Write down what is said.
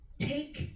Take